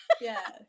yes